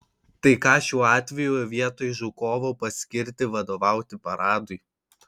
tai ką šiuo atveju vietoj žukovo paskirti vadovauti paradui